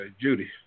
Judy